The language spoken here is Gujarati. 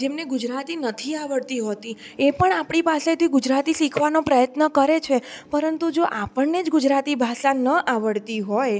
જેમણે ગુજરાતી નથી આવડતી હોતી એ પણ આપણી પાસેથી ગુજરાતી શીખવાનો પ્રયત્ન કરે છે પરંતુ જો આપણને ગુજરાતી ભાષા ન આવડતી હોય